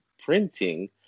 printing